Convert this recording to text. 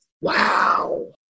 Wow